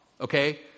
okay